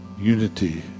unity